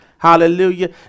Hallelujah